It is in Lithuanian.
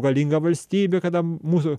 galinga valstybė kada mūsų